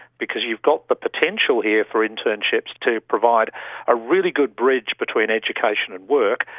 because you've got the potential here for internships to provide a really good bridge between education and work.